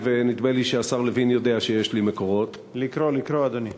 ונקבע באופן סביר לחלוטין בין יושב-ראש הוועדה לבין